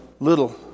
little